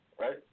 right